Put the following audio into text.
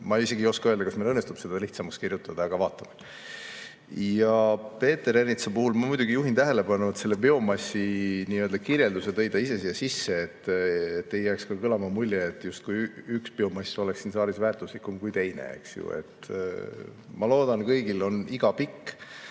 Ma isegi ei oska öelda, kas meil õnnestub seda lihtsamaks kirjutada, aga vaatame. Ja Peeter Ernitsa puhul ma muidugi juhin tähelepanu, et selle biomassikirjelduse tõi ta ise siia sisse, et ei jääks kõlama mulje, justkui üks biomass oleks siin saalis väärtuslikum kui teine, eks ju. Ma loodan, et kõigil on iga pikk.